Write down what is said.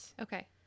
Okay